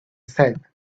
said